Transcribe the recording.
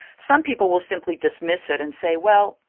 some people will simply dismiss it and say, well,